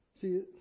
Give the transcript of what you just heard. See